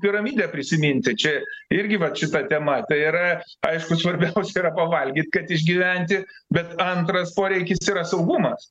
piramidę prisiminti čia irgi vat šita tema tai yra aišku svarbiausia yra pavalgyt kad išgyventi bet antras poreikis yra saugumas